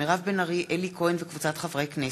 מירב בן ארי ואלי כהן וקבוצת חברי הכנסת.